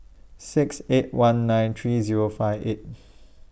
six eight one nine three Zero five eight